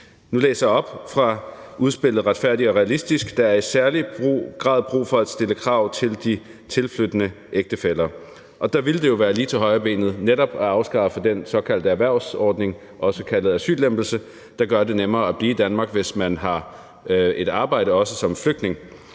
Nu læser jeg op fra udspillet »Retfærdig og Realistisk«: »Der er i særlig grad brug for at stille krav til de tilflyttende ægtefæller«. Der ville det jo være lige til højrebenet netop at afskaffe den såkaldte erhvervsordning, også kaldet asyllempelse, der gør det nemmere at blive i Danmark, hvis man har et arbejde, også som flygtning.